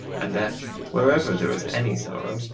and that wherever there was any sorrow,